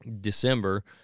December